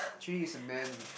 Jun-Yi is a man with